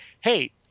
hey